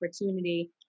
opportunity